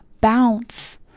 bounce